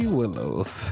willows